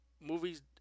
movies